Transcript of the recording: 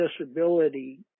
accessibility